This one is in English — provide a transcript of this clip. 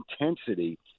intensity